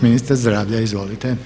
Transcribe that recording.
Ministre zdravlja izvolite.